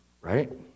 right